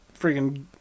freaking